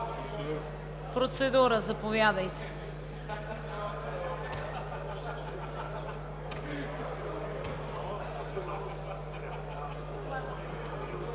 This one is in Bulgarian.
процедура. Заповядайте.